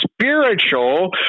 spiritual